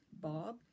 Bob